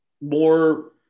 more –